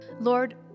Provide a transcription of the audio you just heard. Lord